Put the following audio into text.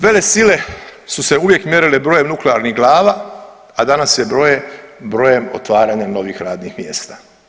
Velesile su se uvijek mjerile brojem nuklearnih glava, a danas se broje brojem otvaranja novih radnih mjesta.